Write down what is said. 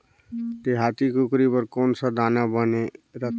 देहाती कुकरी बर कौन सा दाना बने रथे?